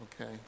okay